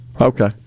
Okay